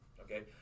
okay